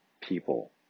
people